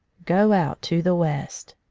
go out to the west.